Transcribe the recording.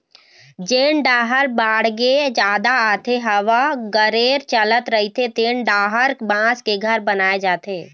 जेन डाहर बाड़गे जादा आथे, हवा गरेर चलत रहिथे तेन डाहर बांस के घर बनाए जाथे